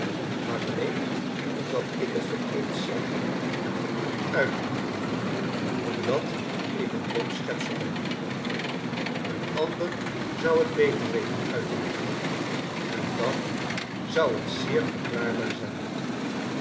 maar alleen omdat ik het verkeerd zeg en verkeerd uitleg omdat ik een dom schepsel ben een ander zou het beter weten uit te leggen en dan zou het zeer verklaarbaar zijn